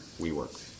WeWork